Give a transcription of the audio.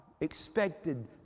expected